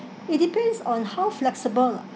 it depends on how flexible lah